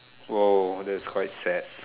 oh that's quite sad